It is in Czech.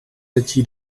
letí